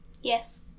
Yes